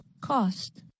cost